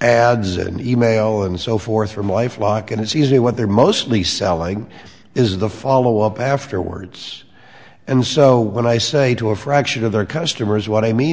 ads and e mail and so forth for my life lock and it's easy what they're mostly selling is the follow up afterwards and so when i say to a fraction of their customers what i mean